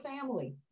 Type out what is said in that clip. family